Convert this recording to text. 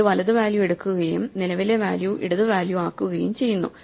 ഇത് വലതു വാല്യൂ എടുക്കുകയും നിലവിലെ വാല്യൂ ഇടതു വാല്യൂ ആക്കുകയും ചെയ്യുന്നു